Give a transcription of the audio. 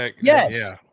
yes